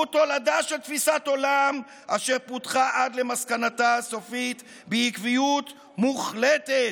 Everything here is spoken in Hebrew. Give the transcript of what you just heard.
הוא תולדה של תפיסת עולם אשר פותחה עד למסקנתה הסופית בעקביות מוחלטת.